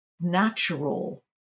natural